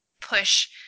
push